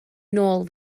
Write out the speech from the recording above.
nôl